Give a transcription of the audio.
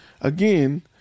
Again